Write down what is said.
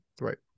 right